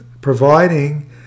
providing